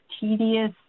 tedious